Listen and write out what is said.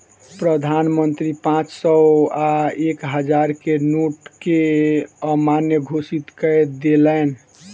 प्रधान मंत्री पांच सौ आ एक हजार के नोट के अमान्य घोषित कय देलैन